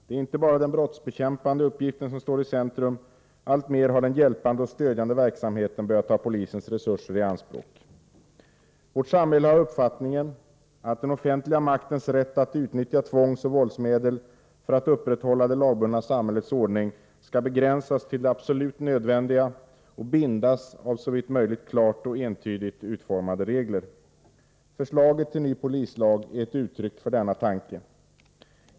Det är inte bara den brottsbekämpande uppgiften som står i centrum, utan alltmer har den hjälpande och stödjande verksamheten börjat ta polisens resurser i anspråk. Vårt samhälle har uppfattningen att den offentliga maktens rätt att utnyttja tvångsoch våldsmedel för att upprätthålla det lagbundna samhällets ordning skall begränsas till det absolut nödvändiga och bindas av, såvitt det är möjligt, klart och entydigt utformade regler. Förslaget till ny polislag är ett uttryck för denna tanke.